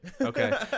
Okay